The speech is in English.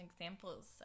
examples